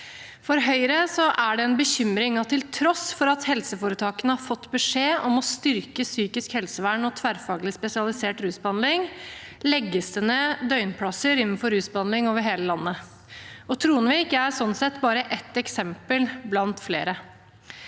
For Høyre er det en bekymring at det til tross for at helseforetakene har fått beskjed om å styrke psykisk helsevern og tverrfaglig spesialisert rusbehandling, legges ned døgnplasser innenfor rusbehandling over hele landet. Tronvik er sånn sett bare ett eksempel blant flere.